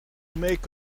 make